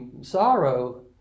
Sorrow